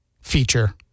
feature